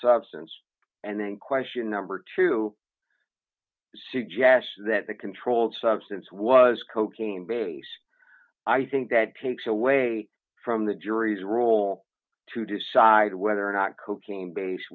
substance and then question number two suggests that the controlled substance was cocaine base i think that takes away from the jury's role to decide whether or not cocaine base